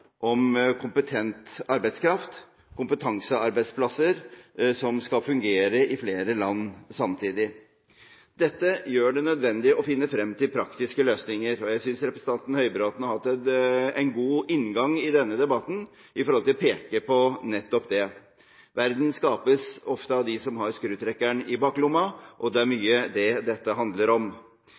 kompetent arbeidskraft og kompetansearbeidsplasser, som skal fungere i flere land samtidig. Dette gjør det nødvendig å finne frem til praktiske løsninger, og jeg synes representanten Høybråten har hatt en god inngang til denne debatten ved å peke på nettopp det. Verden skapes ofte av dem som har skrutrekkeren i baklomma, og det er mye det dette handler om.